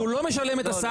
כי הוא לא משלם את הסל.